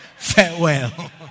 Farewell